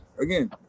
again